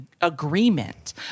agreement